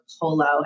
Polo